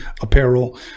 apparel